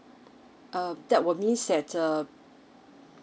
uh that will means that uh